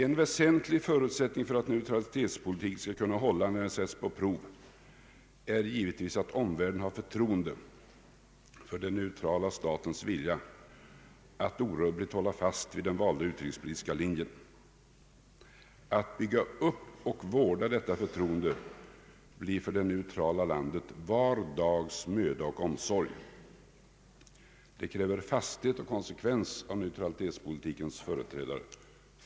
En väsentlig förutsättning för att neutralitetspolitiken skall kunna hållas när den sätts på prov är givetvis att omvärlden har förtroende för den neutrala statens vilja att orubbligt hålla fast vid den valda utrikespolitiska linjen. Att bygga upp och vårda detta förtroende blir för det neutrala landet var dags möda och omsorg. Det kräver fasthet och konsekvens av neutralitetspolitikens företrädare.